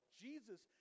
Jesus